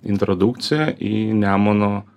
introdukcija į nemuno